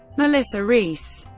melissa reese,